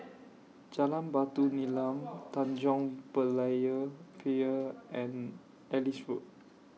Jalan Batu Nilam Tanjong Berlayer Pier and Ellis Road